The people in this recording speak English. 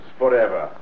forever